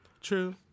True